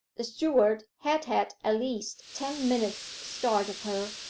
the steward had had at least ten minutes' start of her.